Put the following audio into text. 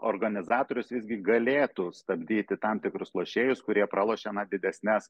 organizatorius visgi galėtų stabdyti tam tikrus lošėjus kurie pralošia na didesnes